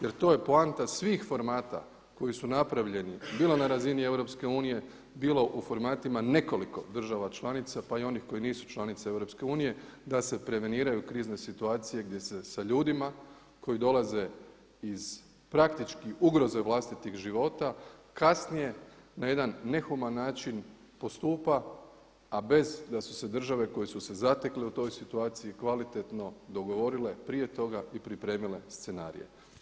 Jer to je poanta svih formata koji su napravljeni bilo na razini EU, bili u formatima nekoliko država članica pa i onih koji nisu članice EU da se preveniraju krizne situacije gdje se sa ljudima koji dolaze iz praktički ugroze vlastitih života kasnije na jedan nehuman način postupa a bez da su se države koje su se zatekle u toj situaciji kvalitetno dogovorile prije toga i pripremile scenarije.